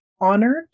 honored